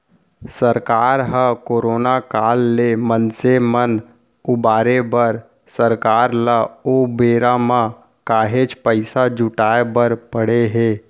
सरकार ह करोना काल ले मनसे मन उबारे बर सरकार ल ओ बेरा म काहेच पइसा जुटाय बर पड़े हे